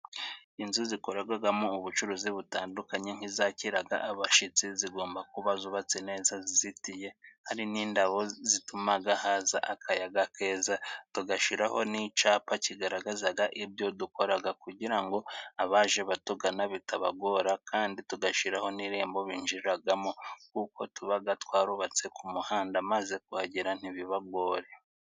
Inzu zikoregwagamo ubucuruzi butandukanye nk'izakiraga abashitsi, zigomba kuba zubatse neza zizitiye hari n'indabo zitumaga haza akayaga keza, tugashiraho n'icapa kigaragazaga ibyo dukoraga kugira ngo abaje batugana bitabagora, kandi tugashiraho n'irembo binjiriragamo kuko tubaga twarubatse ku muhanda, maze kuhagera ntibibagore.